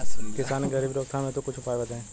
किसान के गरीबी रोकथाम हेतु कुछ उपाय बताई?